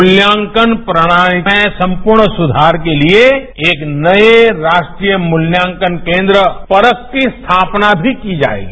मूल्यांकन प्रणाली में संपूर्ण सुधार के लिए एक नये राष्ट्रीय मूल्यांकन केन्द्र परख की स्थापना भी की जाएगी